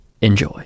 Enjoy